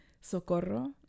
Socorro